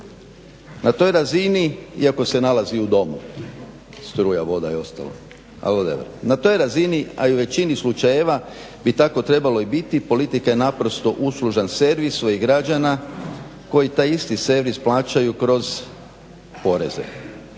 Na toj razini, iako se nalazi u domu, struja, voda i ostalo ali whatever. Na toj razini, a i u većini slučajeve bi tako trebalo i biti, politika je naprosto uslužan servis svojih građana koji taj isti servis plaćaju kroz poreze.